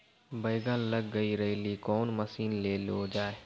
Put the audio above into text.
बैंगन लग गई रैली कौन मसीन ले लो जाए?